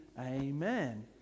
Amen